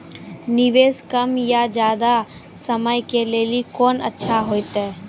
निवेश कम या ज्यादा समय के लेली कोंन अच्छा होइतै?